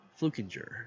Flukinger